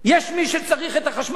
יש מי שצריך את החשמל,